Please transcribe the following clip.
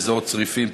אזור צריפין,